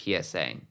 PSA